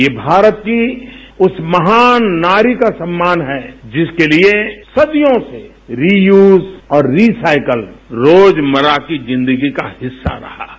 ये भारत की उस महान नारी का सम्मान है जिसके लिए सदियों से रीयूज और रीसाइकल रोजमर्रा की जिन्दगी का हिस्सा रहा है